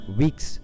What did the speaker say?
weeks